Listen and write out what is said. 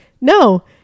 no